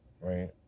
right